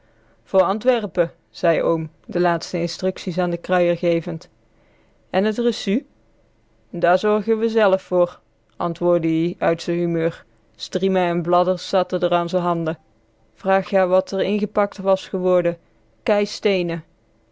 voor antwerrepe zei oom de laatste instructies aan den kruier gevend en t recu daar zorrege we zellef voor antwoorddde ie uit z'n humeur strieme en bladders zatte d'r an z'n hande vraag ja wat r ingepakt was geworde